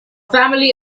family